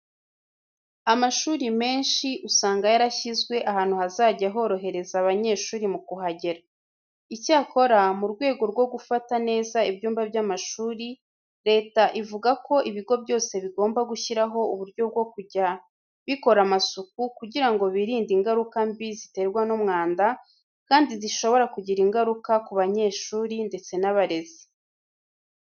Amashuri menshi usanga yarashyizwe ahantu hazajya horohereza abanyeshuri mu kuhagera. Icyakora, mu rwego rwo gufata neza ibyumba by'amashuri, Leta ivuga ko ibigo byose bigomba gushyiraho uburyo bwo kujya bikora amasuku kugira ngo birinde ingaruka mbi ziterwa n'umwanda kandi zishobora kugira igaruka ku banyeshuri ndetse n'abarezi.